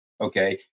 Okay